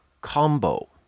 combo